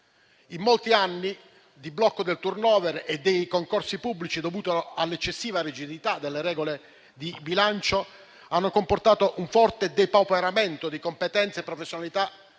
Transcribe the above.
I molti anni di blocco del *turnover* e dei concorsi pubblici, dovuto all'eccessiva rigidità delle regole di bilancio, hanno comportato un forte depauperamento di competenze e professionalità